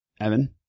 Evan